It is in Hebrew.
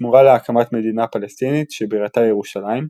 בתמורה להקמת מדינה פלסטינית שבירתה ירושלים,